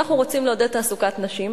כשאנחנו רוצים לעודד תעסוקת נשים,